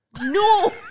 No